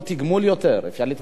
אפשר להתווכח על זה.